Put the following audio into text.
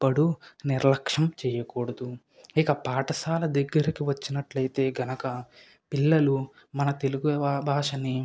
ఎప్పుడు నిర్లక్ష్యం చేయకూడదు ఇక పాఠశాల దగ్గరకు వచ్చినట్లు అయితే కనుక పిల్లలు మన తెలుగు భాషని